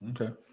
Okay